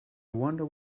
wonder